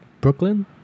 brooklyn